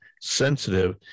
sensitive